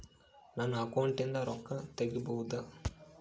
ನನ್ನ ಅಕೌಂಟಿಂದ ರೊಕ್ಕ ತಗಿಬಹುದಾ?